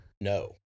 No